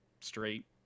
straight